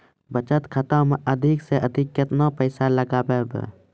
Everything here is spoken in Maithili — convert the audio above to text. बचत खाता मे अधिक से अधिक केतना पैसा लगाय ब?